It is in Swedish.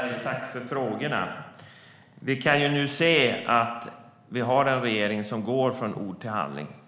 Herr talman! Tack, Ulf Berg, för frågorna! Vi kan nu se att vi har en regering som går från ord till handling.